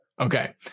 okay